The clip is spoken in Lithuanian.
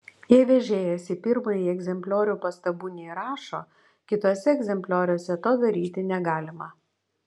jei vežėjas į pirmąjį egzempliorių pastabų neįrašo kituose egzemplioriuose to daryti negalima